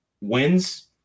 wins